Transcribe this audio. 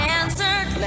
answered